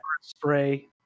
Spray